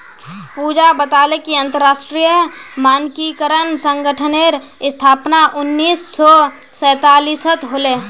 पूजा बताले कि अंतरराष्ट्रीय मानकीकरण संगठनेर स्थापना उन्नीस सौ सैतालीसत होले